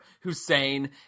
Hussein